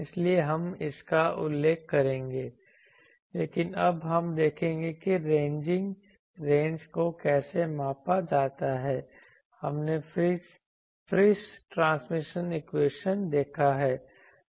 इसलिए हम इसका उल्लेख करेंगे लेकिन अब हम देखेंगे कि रेंजिंग रेंज को कैसे मापा जाता है हमने फ्रिस ट्रांसमिशन इक्वेशन देखा है